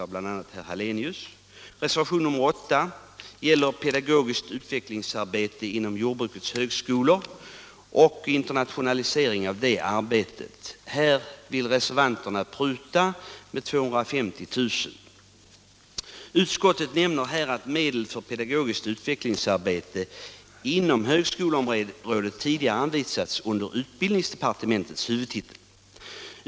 Reservationen 8 gäller pedagogiskt utvecklingsarbete inom jordbrukets högskolor och internationalisering av detta arbete. Reservanterna vill pruta 250 000 kr. Utskottet nämner här att medel för pedagogiskt utvecklingsarbete inom högskoleområdet tidigare anvisats under utbildningsdepartementets huvudtitel.